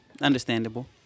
understandable